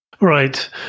Right